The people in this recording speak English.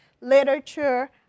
literature